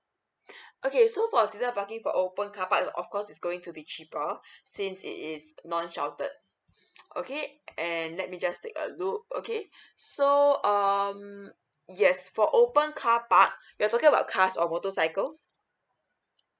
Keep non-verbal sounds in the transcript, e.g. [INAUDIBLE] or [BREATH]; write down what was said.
[BREATH] okay so for season parking for open car park of course is going to be cheaper since it is non sehleted okay and let me just take a look okay so um yes for open car park you are talking about cars or motorcycles